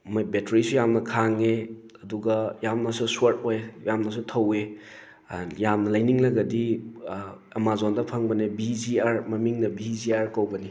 ꯃꯣꯏ ꯕꯦꯇ꯭ꯔꯤꯁꯨ ꯌꯥꯝꯅ ꯈꯥꯡꯉꯤ ꯑꯗꯨꯒ ꯌꯥꯝꯅꯁꯨ ꯁ꯭ꯋꯥꯗ ꯑꯣꯏ ꯌꯥꯝꯅꯁꯨ ꯊꯧꯋꯤ ꯌꯥꯝꯅ ꯂꯩꯅꯤꯡꯂꯒꯗꯤ ꯑꯦꯃꯥꯖꯣꯟꯗ ꯐꯪꯕꯅꯦ ꯚꯤ ꯖꯤ ꯑꯥꯔ ꯃꯃꯤꯡꯅ ꯚꯤ ꯖꯤ ꯑꯥꯔ ꯀꯧꯕꯅꯤ